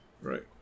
right